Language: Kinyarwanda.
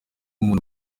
umuntu